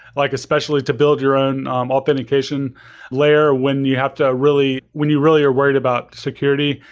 like especially to build your own authentication layer when you have to really when you really are worried about security,